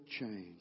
change